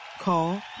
Call